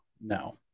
no